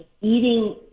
eating